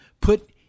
put